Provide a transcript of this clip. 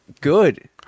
good